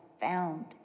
found